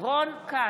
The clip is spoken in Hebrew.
רון כץ,